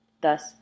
Thus